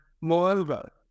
moreover